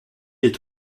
est